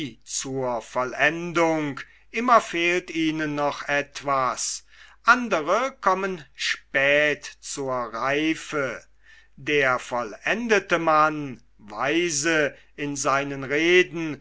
zur vollendung immer fehlt ihnen noch etwas andere kommen spät zur reife der vollendete mann weise in seinen reden